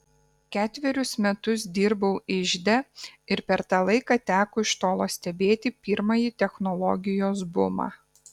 ketverius metus dirbau ižde ir per tą laiką teko iš tolo stebėti pirmąjį technologijos bumą